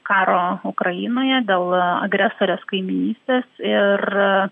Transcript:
karo ukrainoje dėl agresorės kaimynystės ir